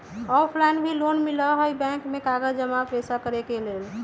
Offline भी loan मिलहई bank में कागज जमाकर पेशा करेके लेल?